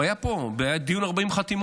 הוא היה פה, זה היה בדיון 40 חתימות,